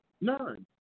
None